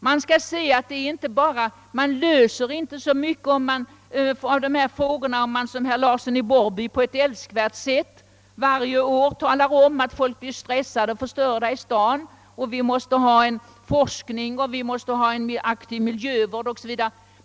Man löser inte någon större del av dessa frågor om man bara som herr Larsson i Borrby på ett älskvärt sätt varje år talar om att folk blir stressade och förstörda i staden och att vi måste ha en forskning, en aktiv miljövård o. s. v.